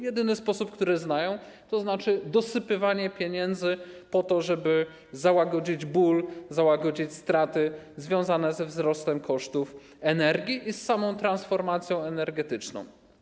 Jedyny sposób, jaki znają, to dosypywanie pieniędzy po to, żeby załagodzić ból, załagodzić straty związane ze wzrostem kosztów energii i z samą transformacją energetyczną.